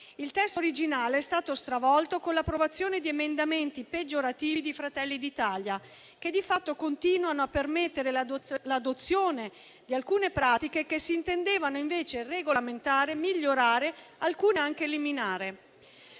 Il testo originale è stato stravolto con l'approvazione di emendamenti peggiorativi di Fratelli d'Italia, che di fatto continuano a permettere l'adozione di certe pratiche che si intendeva invece regolamentare, migliorare e, alcune, anche eliminare.